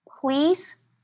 please